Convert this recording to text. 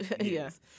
Yes